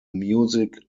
music